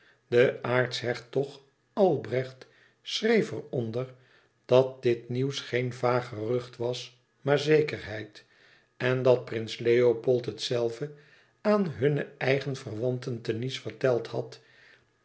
de aartshertog albrecht schreef er onder dat dit nieuws geen vaag gerucht was maar zekerheid en dat prins leopold het zelve aan hunne eigen verwanten te nice verteld had